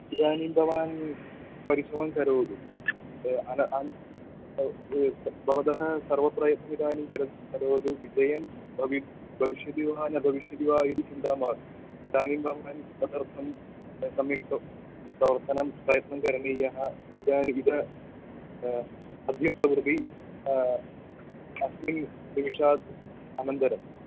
इदानीं भवान् परिश्रमं करोतु भवतः सर्वप्रयत्नं इदानीं करोतु विजयं भवति भविष्यति वा न भविष्यति वा इति चिन्ता मास्तु इदानीं भवान् तदर्थं सम्यक् प्रवर्तनं प्रयत्नं करणीयः इदानीं इदं अद्यप्रभृति अस्मिन् निमिषात् अनन्तरम्